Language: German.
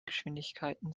geschwindigkeiten